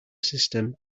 system